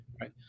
right